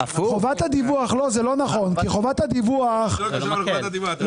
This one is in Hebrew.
זה לא נכון, כי חובת הדיווח היא המקל.